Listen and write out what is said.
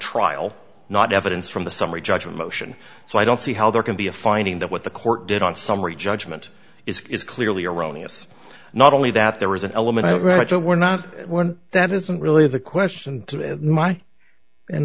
trial not evidence from the summary judgment motion so i don't see how there can be a finding that what the court did on summary judgment is clearly erroneous not only that there was an element right there were not one that isn't really the question to my in my min